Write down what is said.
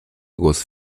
głos